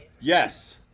Yes